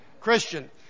Christian